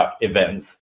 events